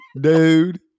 Dude